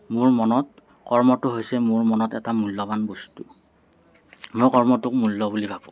মোৰ মনত কৰ্মটো হৈছে মোৰ মনত এটা মূল্যৱান বস্তু মই কৰ্মটোক মূল্য বুলি ভাবোঁ